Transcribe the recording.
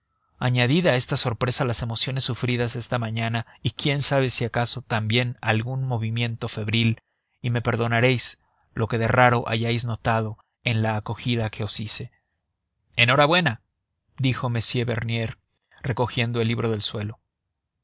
a esta sorpresa las emociones sufridas esta mañana y quién sabe si acaso también algún movimiento febril y me perdonaréis lo que de raro hayáis notado en la acogida que os hice en hora buena dijo m bernier recogiendo el libro del suelo